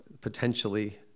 potentially